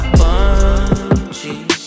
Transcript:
bungee